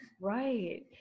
right